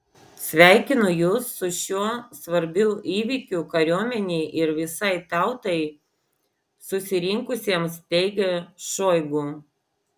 sveikinu jus su šiuo svarbiu įvykiu kariuomenei ir visai tautai susirinkusiems teigė šoigu